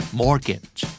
mortgage